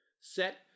Set